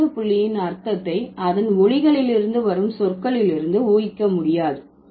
இரண்டாவது புள்ளியின் அர்த்தத்தை அதன் ஒலிகளிலிருந்து வரும் சொற்களில் இருந்து ஊகிக்க முடியாது